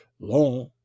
long